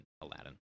Aladdin